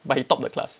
but he top the class